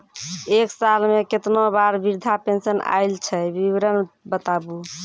एक साल मे केतना बार वृद्धा पेंशन आयल छै विवरन बताबू?